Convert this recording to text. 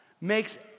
makes